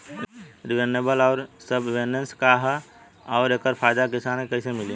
Renewable आउर subvention का ह आउर एकर फायदा किसान के कइसे मिली?